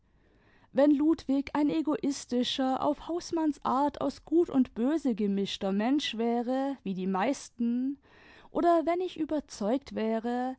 wenn ludwig ein egoistischer auf hausmannsart aus gut und böse gemischter mensch wäre wie die meisten oder wenn ich überzeugt wäre